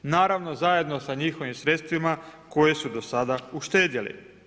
Naravno zajedno sa njihovim sredstvima koje su do sada uštedjeli.